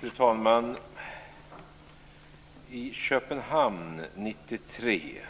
Fru talman! I Köpenhamn 1993